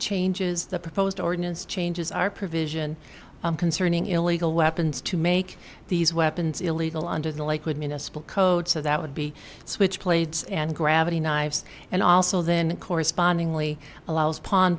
changes the proposed ordinance changes our provision concerning illegal weapons to make these weapons illegal under the lakewood municipal code so that would be switch plates and gravity knives and also then correspondingly allows p